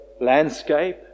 landscape